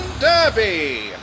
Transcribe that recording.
Derby